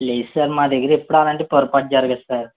లేదు సార్ మా దగ్గర ఎప్పుడు అలాంటి పొరపాటు జరగదు సార్